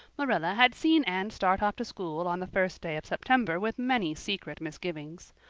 marilla had seen anne start off to school on the first day of september with many secret misgivings.